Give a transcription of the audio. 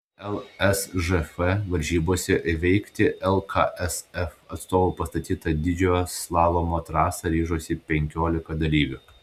lsžf varžybose įveikti lksf atstovų pastatytą didžiojo slalomo trasą ryžosi penkiolika dalyvių